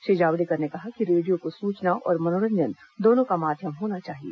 श्री जावडेकर ने कहा कि रेडियो को सूचना और मनोरंजन दोनों का माध्यम होना चाहिए